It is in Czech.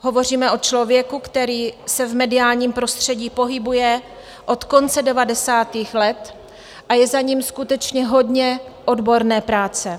Hovoříme o člověku, který se v mediálním prostředí pohybuje od konce devadesátých let a je za ním skutečně hodně odborné práce.